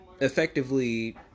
effectively